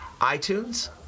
iTunes